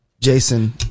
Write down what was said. Jason